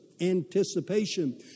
anticipation